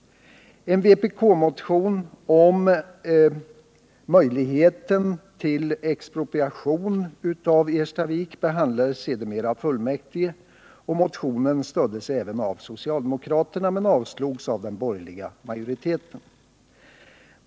En vpk-motion om möjligheten till expropriation av Erstavik behandlades sedermera av fullmäktige. Motionen stöddes av socialdemokraterna men avslogs av den borgerliga majoriteten.